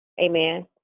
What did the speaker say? Amen